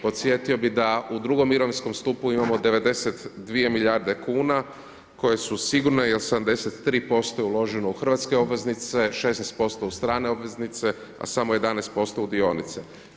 Podsjetio bi da, u drugome mirovinskom stupu imamo 92 milijarde kuna, koje su sigurne jer 73% je uloženo u hrvatske obveznice, 16% u strane obveznice, a samo 11% u dionice.